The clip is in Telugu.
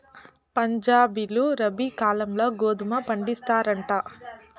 పంజాబీలు రబీ కాలంల గోధుమ పండిస్తారంట